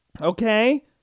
Okay